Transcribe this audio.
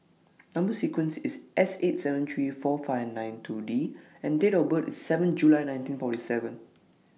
Number sequence IS S eight seven three four five nine two D and Date of birth IS seven July nineteen forty seven